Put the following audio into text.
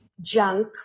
junk